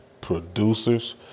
producers